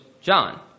John